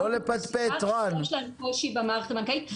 אוכלוסייה שיש להן קושי במערכת הבנקאית.